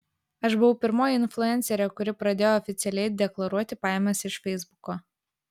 aš buvau pirmoji influencerė kuri pradėjo oficialiai deklaruoti pajamas iš feisbuko